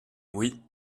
oui